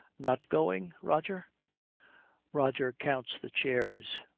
not going, roger roger counts the chairs.